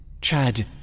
Chad